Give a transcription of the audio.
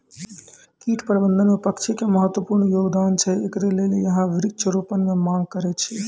कीट प्रबंधन मे पक्षी के महत्वपूर्ण योगदान छैय, इकरे लेली यहाँ वृक्ष रोपण के मांग करेय छैय?